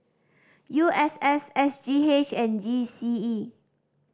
U S S S G H and G C E